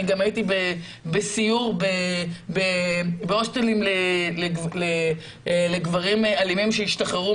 הייתי בסיור בהוסטלים לגברים אלימים שהשתחררו